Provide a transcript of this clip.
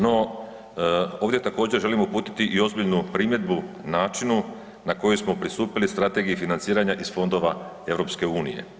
No, ovdje također želim uputiti i ozbiljnu primjedbu načinu na koji smo pristupili strategiji financiranja iz fondova EU.